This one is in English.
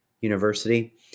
University